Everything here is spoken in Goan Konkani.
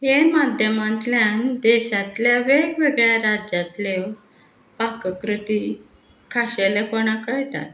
हे माध्यमांतल्यान देशांतल्या वेगवेगळ्या राज्यांतल्यो पाककृती खाशेलेपणां कळटात